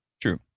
True